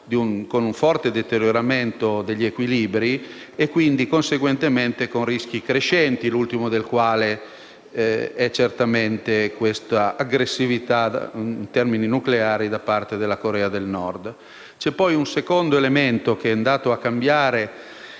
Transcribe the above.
con un forte deterioramento degli equilibri e, conseguentemente, con rischi crescenti, l'ultimo dei quali è certamente l'aggressività in termini nucleari della Corea del Nord. C'è, poi, un secondo elemento che ha mutato il